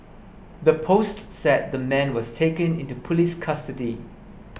the post said the man was taken into police custody